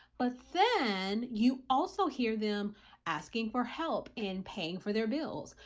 but then you also hear them asking for help and paying for their bills,